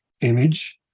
image